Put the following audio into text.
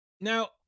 Now